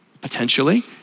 potentially